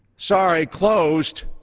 sorry, closed